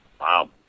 Wow